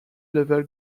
level